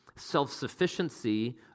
self-sufficiency